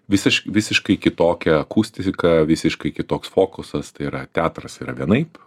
visiš visiškai kitokia akustika visiškai kitoks fokusas tai yra teatras yra vienaip